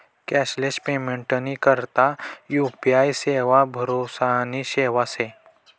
cashless पेमेंटनी करता UPI सेवा भरोसानी सेवा शे